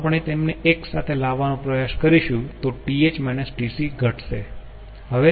જો આપણે તેમને એક સાથે લાવવાનો પ્રયાસ કરીશું તો TH TC ઘટશે